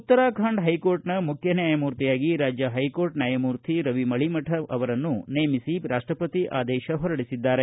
ಉತ್ತರಾಖಂಡ ಹೈಕೋರ್ಟ್ನ ಮುಖ್ಯ ನ್ಯಾಯಮೂರ್ತಿಯಾಗಿ ರಾಜ್ಯ ಹೈಕೋರ್ಟ್ ನ್ಯಾಯಮೂರ್ತಿ ರವಿ ಮಳಿಮಠ್ ಅವರನ್ನು ನೇಮಿಸಿ ರಾಷ್ಟಪತಿ ಆದೇಶ ಹೊರಡಿಸಿದ್ದಾರೆ